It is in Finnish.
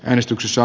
äänestyksissä